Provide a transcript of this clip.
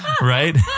right